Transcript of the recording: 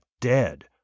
dead